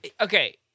Okay